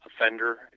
offender